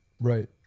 Right